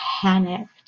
panicked